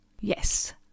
yes